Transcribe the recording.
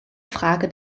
frage